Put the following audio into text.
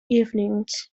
evenings